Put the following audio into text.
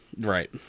right